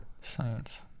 science